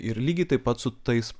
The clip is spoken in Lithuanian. ir lygiai taip pat su tais